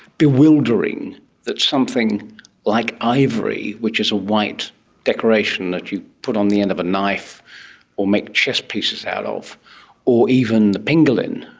bewildering that something like ivory, which is a white decoration that you put on the end of a knife or make chess pieces out of or even the pangolin,